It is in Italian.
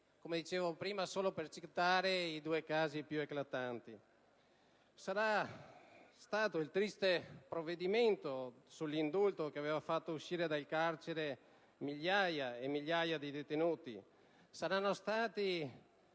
Ho voluto citare solo i due casi più eclatanti. Sarà stato il triste provvedimento sull'indulto, che aveva fatto uscire dal carcere migliaia e migliaia di detenuti, saranno stati